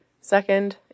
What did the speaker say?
Second